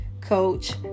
Coach